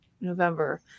November